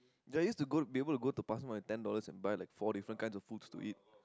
that is to go be able to go to pasar malam ten dollars and buy like four different kinds of food to eat